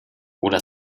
oder